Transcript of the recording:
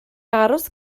aros